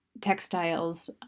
textiles